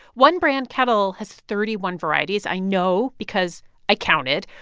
one brand kettle has thirty one varieties. i know because i counted.